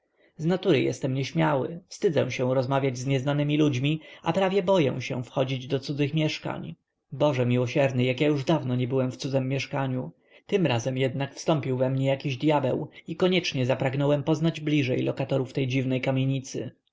natury jestem nieśmiały wstydzę się rozmawiać z nieznanymi ludźmi a prawie boję się wchodzić do cudzych mieszkań boże miłosierny jak ja już dawno nie byłem w cudzem mieszkaniu tym razem jednak wstąpił we mnie jakiś dyabeł i koniecznie zapragnąłem poznać lokatorów tej dziwnej kamienicy